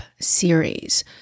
series